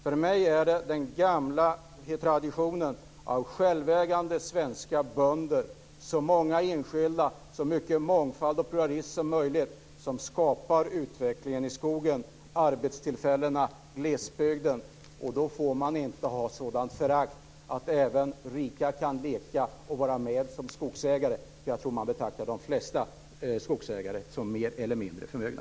För mig är det den gamla traditionen av självägande svenska bönder, så många enskilda och så mycket mångfald och pluralism som möjligt, som skapar utvecklingen i skogen och arbetstillfällena i glesbygden. Då får man inte ha ett sådant förakt och prata om att även rika kan leka och vara med som skogsägare. Jag tror att man betraktar de flesta skogsägare som mer eller mindre förmögna.